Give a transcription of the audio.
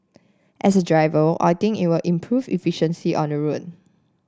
as a driver I think it will improve efficiency on the road